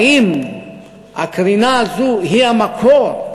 האם הקרינה הזאת היא המקור?